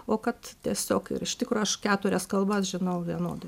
o kad tiesiog ir iš tikro aš keturias kalbas žinau vienodai